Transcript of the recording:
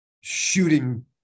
shooting